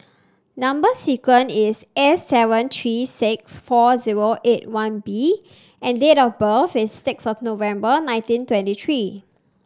number sequence is S seven three six four zero eight one B and date of birth is six of the November nineteen twenty three